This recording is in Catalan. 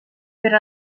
per